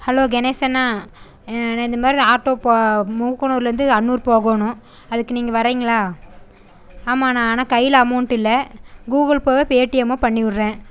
hello Ganesh அண்ணா நா இந்தமாரி ஆட்டோ போ மூக்கனூர்லேருந்து அன்னூர் போகணும் அதுக்கு நீங்கள் வரீங்களா ஆமாண்ணா ஆனால் கையில் அமௌண்ட்டு இல்லை கூகுள் போவோ பேட்டியமோ பண்ணிவிடுறேன்